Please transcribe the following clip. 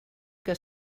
que